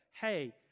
hey